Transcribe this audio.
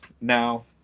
now